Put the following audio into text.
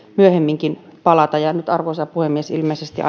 myöhemminkin palata ja nyt arvoisa puhemies ilmeisesti